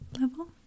level